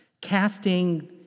casting